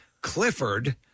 Clifford